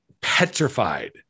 petrified